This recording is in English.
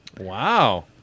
Wow